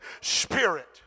spirit